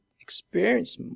experience